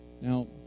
Now